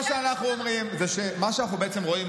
מה שאנחנו בעצם רואים,